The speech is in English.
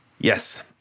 Yes